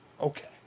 Okay